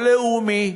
או לאומי,